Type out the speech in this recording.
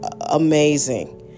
amazing